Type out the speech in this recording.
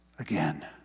Again